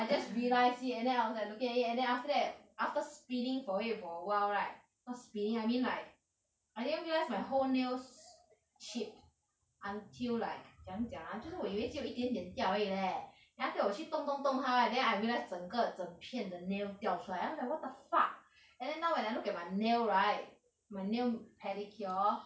I just realised it and then I was like looking at it and then after that after spinning for it for awhile right not spinning I mean like I didn't realise my whole nails chipped until like 怎样讲 ah 就是我以为就有一点点掉而已 leh then after 我就去动动动它 then I realise 整个整片的 nails 掉出来 then I was like what the fuck and then now when I look at my nail right my nail pedicure